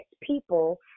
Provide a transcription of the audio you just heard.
people